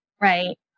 right